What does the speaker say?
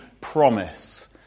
promise